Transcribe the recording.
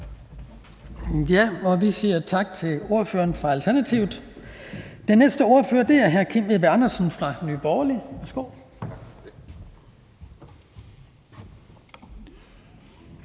Vi siger tak til ordføreren for Alternativet. Den næste ordfører er hr. Kim Edberg Andersen fra Nye Borgerlige. Værsgo.